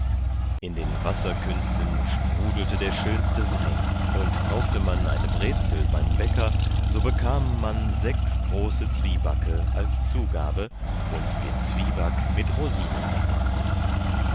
in den wasserkünsten sprudelte der schönste wein und kaufte man eine brezel beim bäcker so bekam man sechs große zwiebacke als zugabe und den zwieback mit rosinen darin